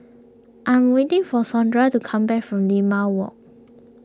I'm waiting for Sondra to come back from Limau Walk